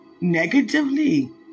Negatively